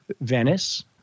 Venice